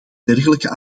dergelijke